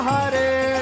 Hare